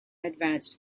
advanced